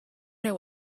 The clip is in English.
know